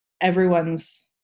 everyone's